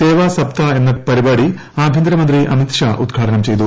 സേവാ സപ്താ എന്ന പരിപാടിആഭ്യന്തരമന്ത്രി അമിത്ഷാഉദ്ഘാടനം ചെയ്തു